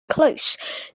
close